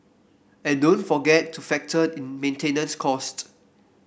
and don't forget to factor in maintenance cost